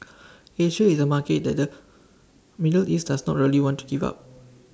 Asia is A market that the middle east does not really want to give up